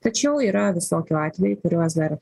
tačiau yra visokių atvejų į kuriuos dar